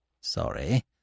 Sorry